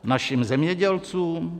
Našim zemědělcům?